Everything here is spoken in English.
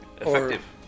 Effective